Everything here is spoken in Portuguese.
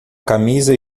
camisa